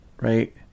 Right